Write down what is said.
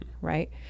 right